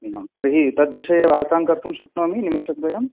नं तर्हि तद्विषये वार्तां कर्तुं शक्नोमि निमेषद्वयं